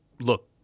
look